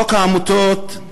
חוק העמותות,